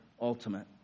ultimate